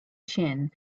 chin